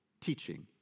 teaching